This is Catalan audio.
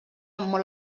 molt